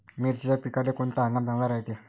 मिर्चीच्या पिकाले कोनता हंगाम चांगला रायते?